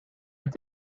het